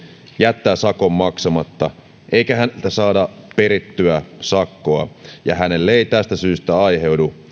jättää sakon maksamatta eikä häneltä saada perittyä sakkoa ja hänelle ei tästä syystä aiheudu